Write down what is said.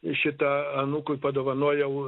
šitą anūkui padovanojau